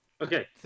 Okay